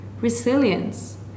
resilience